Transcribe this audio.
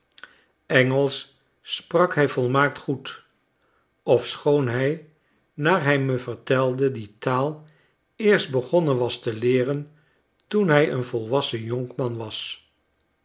engelsch sprak hij volmaakt goed ofschoon hij naar hij me vertelde die taal eerst begonnen was te leeren toen hij een volwassen jonkman was